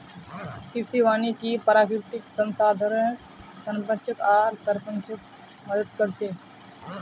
कृषि वानिकी प्राकृतिक संसाधनेर संरक्षण आर संरक्षणत मदद कर छे